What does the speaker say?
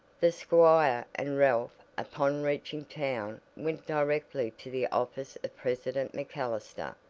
the squire and ralph upon reaching town went directly to the office of president macallister,